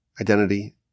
identity